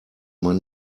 man